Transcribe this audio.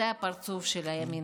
זה הפרצוף של הימין.